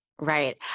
Right